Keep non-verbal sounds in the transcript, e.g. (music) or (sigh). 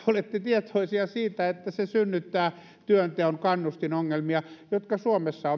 olette tietoisia siitä että se synnyttää työnteon kannustinongelmia jotka suomessa (unintelligible)